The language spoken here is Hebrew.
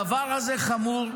הדבר הזה חמור.